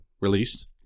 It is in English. released